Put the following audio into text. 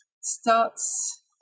starts